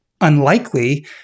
unlikely